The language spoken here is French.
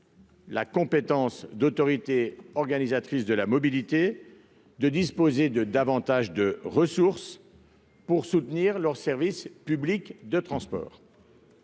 la compétence d'autorité organisatrice de la mobilité de disposer d'un surcroît de ressources pour soutenir leurs services publics de transport.